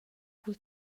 cul